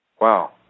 Wow